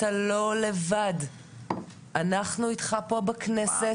אתה לא לבד, אנחנו איתך פה בכנסת.